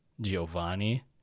Giovanni